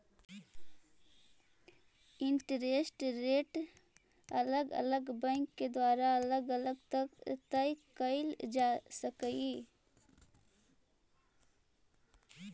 interest rate अलग अलग bank के द्वारा अलग अलग तय कईल जा सकऽ हई